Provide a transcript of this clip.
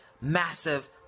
massive